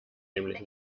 nämlich